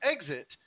exit